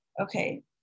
okay